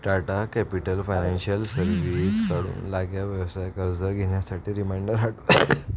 Tata capital financial सर्व्हिसकडून लाघ्या व्यवसाय कर्ज घेण्यासाठी रिमाइंडर हट